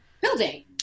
building